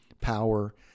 power